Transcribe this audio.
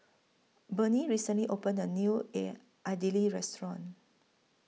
Burney recently opened A New Air Idili Restaurant